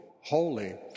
holy